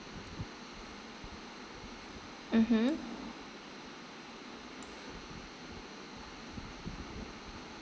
mmhmm